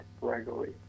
regularly